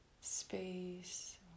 space